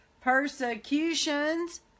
Persecutions